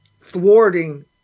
thwarting